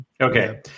Okay